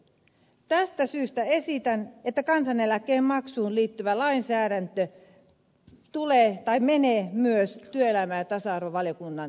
tästä syystä esitän että kansaneläkkeen maksuun liittyvä lainsäädäntö menee myös työelämä ja tasa arvovaliokunnan kuultavaksi